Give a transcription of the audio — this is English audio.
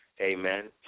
Amen